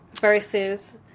versus